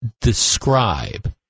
describe